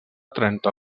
trenta